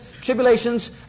tribulations